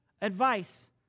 advice